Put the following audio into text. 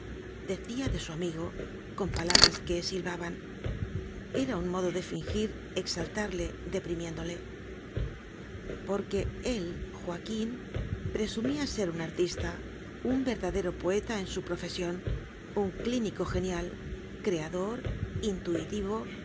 decía de su amigo con palabras que silbaban era un modo de fingir exal tarle deprimiéndole porque él joaquín presumía ser un artis ta un verdadero poeta en su profesión un clínico genial creador intuitivo